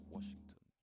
Washington